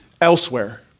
elsewhere